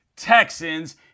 Texans